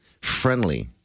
friendly